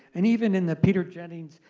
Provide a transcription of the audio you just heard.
and even in the peter jennings,